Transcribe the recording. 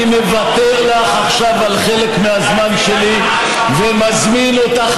אני מוותר לך עכשיו על חלק מהזמן שלי ומזמין אותך